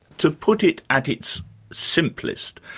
to put it at its simplest,